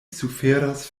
suferas